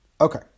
Okay